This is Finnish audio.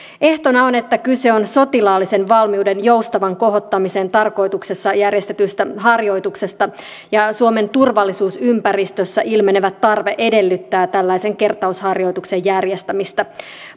ehtona on että kyse on sotilaallisen valmiuden joustavan kohottamisen tarkoituksessa järjestetystä harjoituksesta ja että suomen turvallisuusympäristössä ilmenevä tarve edellyttää tällaisen kertausharjoituksen järjestämistä